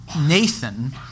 Nathan